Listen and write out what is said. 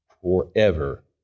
forever